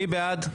מי בעד?